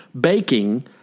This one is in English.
baking